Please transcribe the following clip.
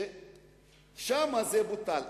שם זה בוטל,